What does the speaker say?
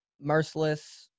Merciless